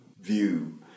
view